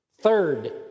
Third